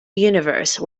universe